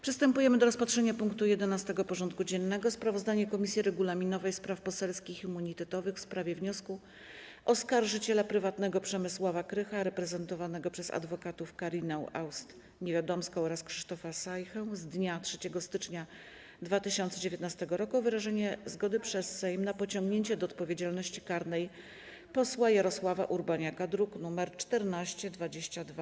Przystępujemy do rozpatrzenia punktu 11. porządku dziennego: Sprawozdanie Komisji Regulaminowej, Spraw Poselskich i Immunitetowych w sprawie wniosku oskarżyciela prywatnego Przemysława Krycha reprezentowanego przez adwokatów Karinę Aust-Niewiadomską oraz Krzysztofa Sajchtę z dnia 3 stycznia 2019 r. o wyrażenie zgody przez Sejm na pociągnięcie do odpowiedzialności karnej posła Jarosława Urbaniaka (druk nr 1422)